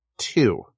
Two